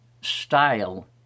style